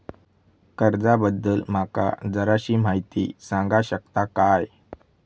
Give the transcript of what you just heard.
कर्जा बद्दल माका जराशी माहिती सांगा शकता काय?